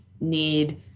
need